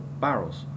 barrels